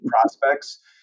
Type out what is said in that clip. prospects